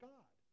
God